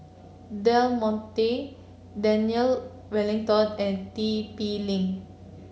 Del Monte Daniel Wellington and T P Link